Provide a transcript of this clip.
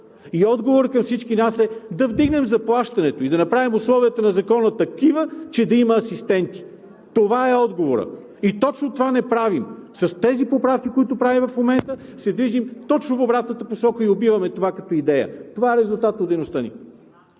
Отговорът към всички нас е да вдигнем заплащането и да направим условията на Закона такива, че да има асистенти. Това е отговорът. Точно това не правим. С тези поправки, които правим в момента, се движим точно в обратната посока и убиваме това като идея. Това е резултатът от дейността ни.